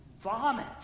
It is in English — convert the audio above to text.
vomit